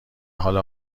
حال